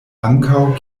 ankaŭ